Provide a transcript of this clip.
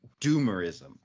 doomerism